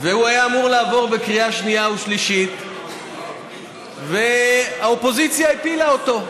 הוא היה אמור לעבור בקריאה שנייה שלישית והאופוזיציה הפילה אותו.